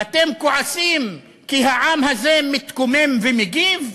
ואתם כועסים כי העם הזה מתקומם ומגיב?